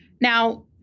Now